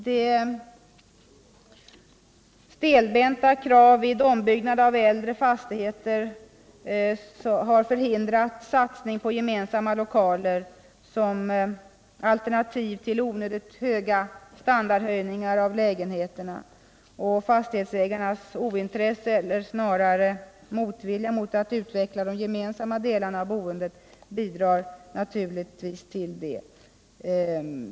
Både stelbenta krav vid ombyggnad av äldre fastigheter, som förhindrar satsning på gemensamma lokaler som alternativ till onödigt höga standardhöjningar av lägenheterna, och fastighetsägarnas ointresse eller snarare motvilja mot att utveckla de gemensamma delarna av boendet bidrar naturligtvis till detta.